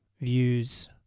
views